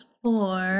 four